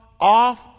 off